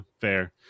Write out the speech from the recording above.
fair